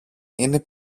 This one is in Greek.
είναι